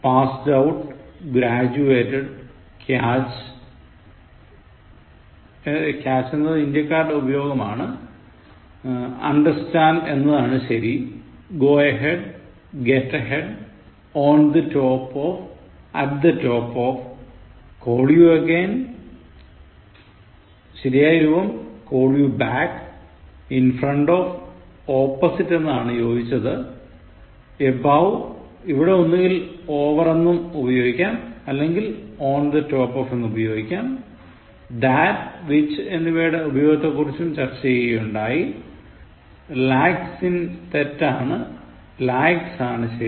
passed out graduated catch എന്നത് ഇന്ത്യക്കാരുടെ ഉപയോഗമാണ് understand എന്നതാണ് ശരി go aheadget ahead on the top ofat the top of call you again ശരിയായ രൂപം call you back in front ofopposite എന്നതാണ് യോജിച്ചത് above ഇവിടെ ഒന്നുകിൽ over എന്നുപയോഗിക്കാം അല്ലെങ്കിൽ on top of എന്നുപയോഗിക്കാം that which എന്നിവയുടെ ഉപയോഗത്തെക്കുറിച്ചും ചർച്ച ചെയ്യുകയുണ്ടായി lacks in തെറ്റാണ് lacks ആണ് ശരി